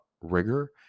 rigor